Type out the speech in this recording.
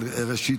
אבל ראשית,